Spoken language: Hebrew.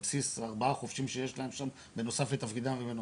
על בסיס ארבעה חובשים שיש להם שם בנוסף לתפקידם ובנוסף,